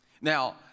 Now